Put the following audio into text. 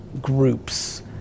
groups